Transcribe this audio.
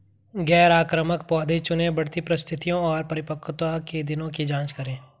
गैर आक्रामक पौधे चुनें, बढ़ती परिस्थितियों और परिपक्वता के दिनों की जाँच करें